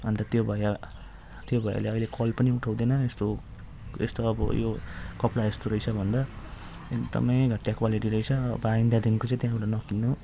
अन्त त्यो भैया त्यो भैयाले अहिले कल पनि उठाउँदैन यस्तो यस्तो अब यो कपडा यस्तो रहेछ भन्दा एकदमै घटिया क्वालिटी रहेछ अब आइन्दादेखिको चाहिँ त्यहाँबाट नकिन्नु